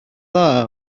dda